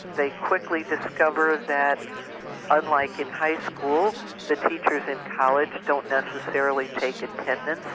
they quickly discover that unlike in high school the teachers in college don't necessarily take attendance,